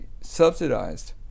subsidized